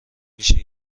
میشه